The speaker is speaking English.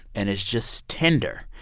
and it's just tender.